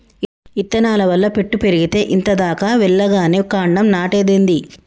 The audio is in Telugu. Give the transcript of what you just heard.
ఇత్తనాల వల్ల పెట్టు పెరిగేతే ఇంత దాకా వెల్లగానే కాండం నాటేదేంది